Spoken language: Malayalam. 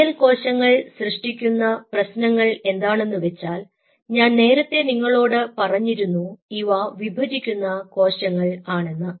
ഗ്ലിയൽ കോശങ്ങൾ സൃഷ്ടിക്കുന്ന പ്രശ്നങ്ങൾ എന്താണെന്ന് വെച്ചാൽ ഞാൻ നേരത്തെ നിങ്ങളോട് പറഞ്ഞിരുന്നു ഇവ വിഭജിക്കുന്ന കോശങ്ങൾ ആണെന്ന്